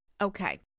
Okay